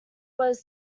was